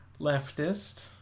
leftist